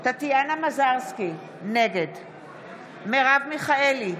טטיאנה מזרסקי, נגד מרב מיכאלי,